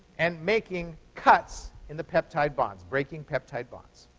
and making cuts in the peptide bonds, breaking peptide bonds.